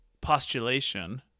postulation